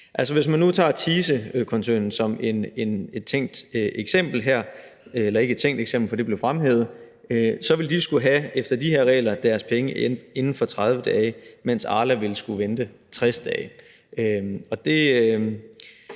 Hvis man nu tager Thisekoncernen som eksempel her, vil de efter de her regler skulle have deres penge inden for 30 dage, mens Arla ville skulle vente 60 dage,